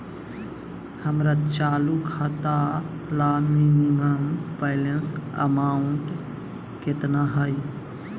हमर चालू खाता ला मिनिमम बैलेंस अमाउंट केतना हइ?